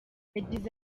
yagize